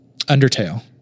Undertale